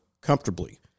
comfortably